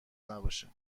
نباشه